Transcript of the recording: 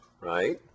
right